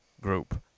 group